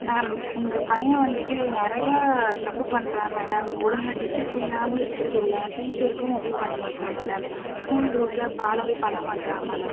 ma'am உங்கள் பையன் வந்துட்டு நிறைய தப்பு பண்ணுறான் மேடம் ஒழுங்கா டிசிப்ளினாவும் இருக்கறதில்ல டீச்சருக்கும் ஒபே பண்ண மாட்டேறான் மேடம் ஸ்கூல் ரூல்ஸை ஃபாலோவே பண்ண மாட்டேறான் மேடம்